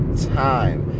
Time